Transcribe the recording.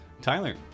Tyler